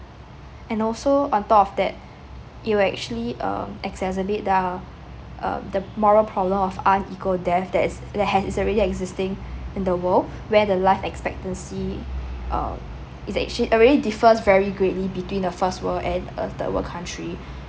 and also on top of that it'll actually um exacerbate the um the moral problem of unequal death that is that has already existing in the world where the life expectancy uh it's actua~ already differs very greatly between a first world and a third world country